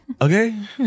Okay